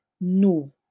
no